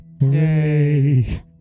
Yay